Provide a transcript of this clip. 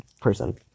person